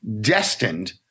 destined